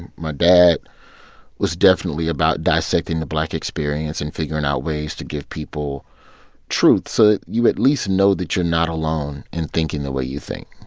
and my dad was definitely about dissecting the black experience and figuring out ways to give people truth so that you, at least, know that you're not alone in thinking the way you think.